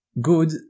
good